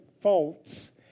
faults